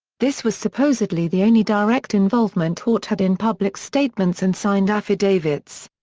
this was supposedly the only direct involvement haut had in public statements and signed affidavits.